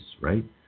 right